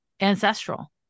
ancestral